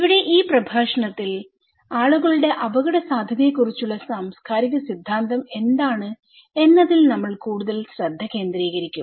ഇവിടെ ഈ പ്രഭാഷണത്തിൽ ആളുകളുടെ അപകടസാധ്യതയെക്കുറിച്ചുള്ള സാംസ്കാരിക സിദ്ധാന്തം എന്താണ് എന്നതിൽ നമ്മൾ കൂടുതൽ ശ്രദ്ധ കേന്ദ്രീകരിക്കും